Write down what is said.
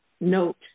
note